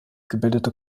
gebildete